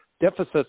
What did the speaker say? Deficits